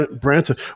Branson